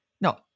No